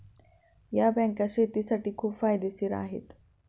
या बँका शेतीसाठी खूप फायदेशीर आहेत